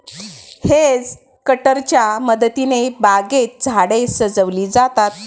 hedge कटरच्या मदतीने बागेत झाडे सजविली जातात